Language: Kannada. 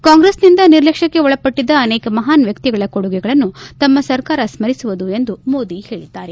ಕಾಂಗ್ರೆಸ್ನಿಂದ ನಿರ್ಲಕ್ಷಕ್ಕೆ ಒಳಪಟ್ಟದ್ದ ಅನೇಕ ಮಹಾನ್ ವ್ಯಕ್ತಿಗಳ ಕೊಡುಗೆಗಳನ್ನು ತಮ್ಮ ಸರ್ಕಾರ ಸ್ಪರಿಸುವುದು ಎಂದು ಮೋದಿ ಹೇಳಿದ್ದಾರೆ